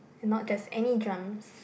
and not just any drums